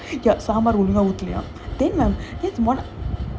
ya sambar ஒழுங்கா வைக்கல:saambaar olunga vaikala then uh this mo~